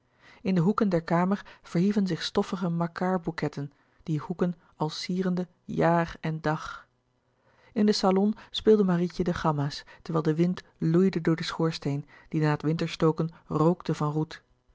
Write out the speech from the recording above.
in de hoeken der kamer verhieven zich stoffige makartbouquetten die hoeken al sierende jaar en dag in den salon speelde marietje de gamma's terwijl de wind loeide door den schoorsteen die na het winterstooken rookte van roet